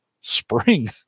spring